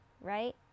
right